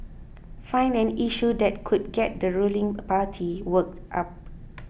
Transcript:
find an issue that could get the ruling party worked up